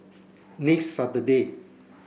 next Saturday